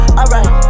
alright